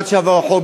עד שיעבור החוק,